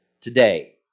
today